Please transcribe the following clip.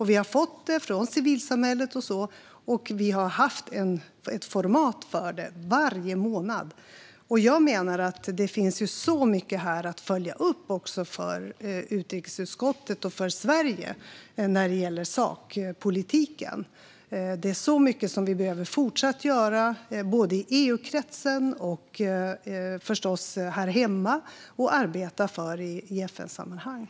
Vi har fått det från civilsamhället, och vi har haft ett format för det varje månad. Det finns så mycket för utrikesutskottet och Sverige att följa upp vad gäller sakpolitiken. Det är så mycket vi behöver fortsätta att arbeta för här hemma, i EU-kretsen och i FN-sammanhang.